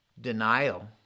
denial